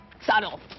subtle